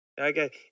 Okay